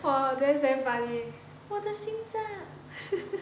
!wah! that's damn funny 我的心脏